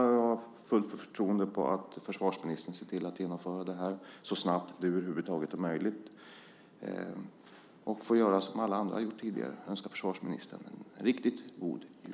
Jag har fullt förtroende för att försvarsministern ser till att genomföra det här så snabbt det över huvud taget är möjligt. Jag får göra som alla andra har gjort tidigare: Jag önskar försvarsministern en riktigt god jul.